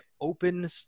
open